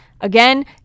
Again